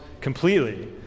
completely